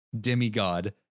Demigod